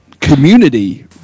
Community